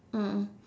mm mm